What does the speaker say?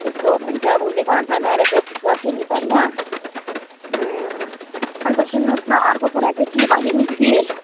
त्यस्तो हो भने चाहिँ अब उसले घरमा पनि आएर प्र्याक्टिस गर्थ्यो नि त होइन अन्त सुन्नुहोस् न अर्को कुरा चाहिँ के भने नि दिदी